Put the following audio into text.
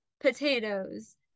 potatoes